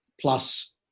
plus